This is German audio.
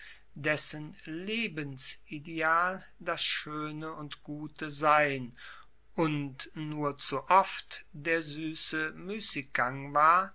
dessen lebensideal das schoene und gute sein und nur zu oft der suesse muessiggang war